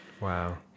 wow